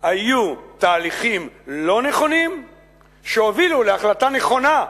היו תהליכים לא נכונים שהובילו להחלטה נכונה,